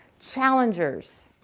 challengers